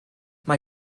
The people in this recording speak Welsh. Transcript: mae